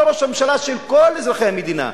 אתה ראש הממשלה של כל אזרחי המדינה,